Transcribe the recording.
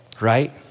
right